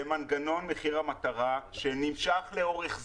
ומנגנון מחיר המטרה שנמשך לאורך זמן,